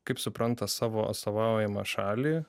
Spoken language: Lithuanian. kaip supranta savo atstovaujamą šalį